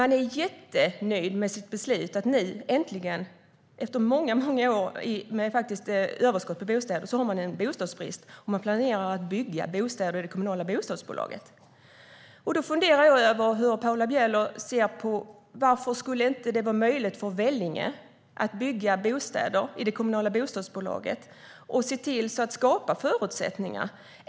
Nu har man bostadsbrist, efter många år med överskott på bostäder, och är jättenöjd med sitt beslut att äntligen planera att bygga bostäder i det kommunala bostadsbolaget. Jag funderar över hur Paula Bieler ser på detta. Varför skulle det inte vara möjligt för Vellinge att bygga bostäder i det kommunala bostadsbolaget och se till att skapa förutsättningar?